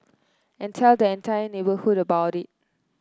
and tell the entire neighbourhood about it